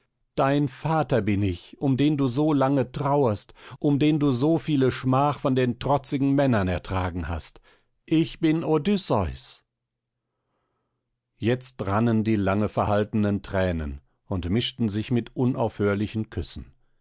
dein vater bin ich um den du so lange trauerst um den du so viele schmach von den trotzigen männern ertragen hast ich bin odysseus jetzt rannen die lange verhaltenen thränen und mischten sich mit unaufhörlichen küssen